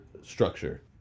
structure